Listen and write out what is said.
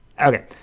Okay